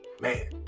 Man